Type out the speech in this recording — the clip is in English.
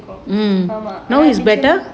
ஆமா:aamaa